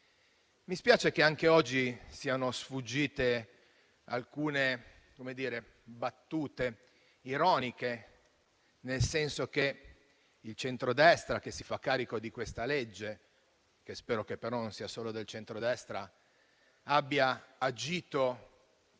Mi spiace che anche oggi siano sfuggite alcune battute ironiche, nel senso che il centrodestra, che si fa carico di questa legge - che spero che però non sia solo del centrodestra - abbia agito dopo,